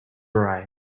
right